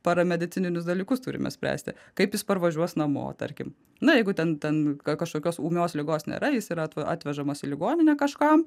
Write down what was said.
paramedicininius dalykus turime spręsti kaip jis parvažiuos namo tarkim na jeigu ten ten kažkokios ūmios ligos nėra jis yra atvežamas į ligoninę kažkam